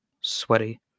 sweaty